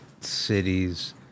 cities